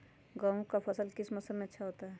गेंहू का फसल किस मौसम में अच्छा होता है?